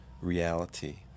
reality